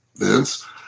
Vince